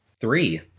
Three